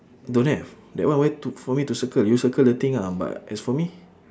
don't have that one where to for me to circle you circle the thing lah but as for me